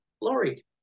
Laurie